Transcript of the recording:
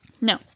No